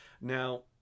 Now